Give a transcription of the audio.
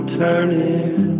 turning